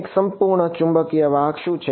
એક સંપૂર્ણ ચુંબકીય વાહક શું છે